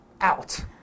out